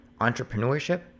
entrepreneurship